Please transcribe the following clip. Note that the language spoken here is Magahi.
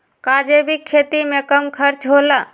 का जैविक खेती में कम खर्च होला?